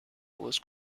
was